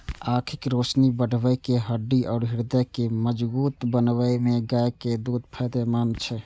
आंखिक रोशनी बढ़बै, हड्डी आ हृदय के मजगूत बनबै मे गायक दूध फायदेमंद छै